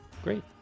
Great